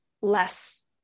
less